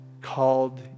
called